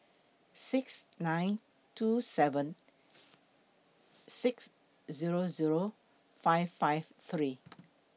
six nine two seven six Zero Zero five five three